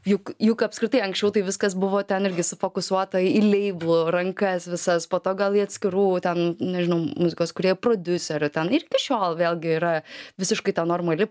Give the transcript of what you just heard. juk juk apskritai anksčiau tai viskas buvo ten irgi sufokusuota į leiblų rankas visas po to gal į atskirų ten nežinau muzikos kūrėjų prodiuserių ten ir iki šiol vėlgi yra visiškai normali